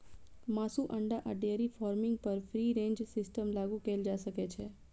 मासु, अंडा आ डेयरी फार्मिंग पर फ्री रेंज सिस्टम लागू कैल जा सकै छै